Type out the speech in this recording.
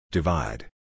Divide